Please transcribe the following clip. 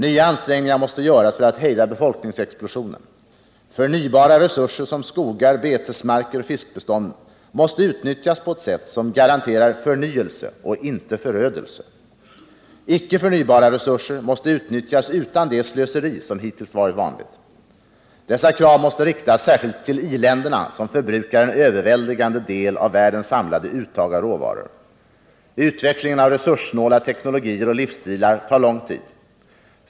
Nya ansträngningar måste göras för att hejda befolkningsexplosionen. Förnybara resurser som skogar, betesmarker och fiskbestånd måste utnyttjas på ett sätt som garanterar förnyelse och inte förödelse. Icke-förnybara resurser måste utnyttjas utan det slöseri som hittills varit vanligt. Dessa krav måste riktas särskilt till i-länderna, som förbrukar en överväldigande del av världens samlade uttag av råvaror. Utvecklingen av resurssnåla teknologier och livsstilar tar lång tid.